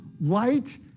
Light